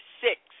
six